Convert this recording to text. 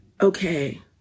Okay